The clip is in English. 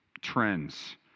trends